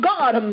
God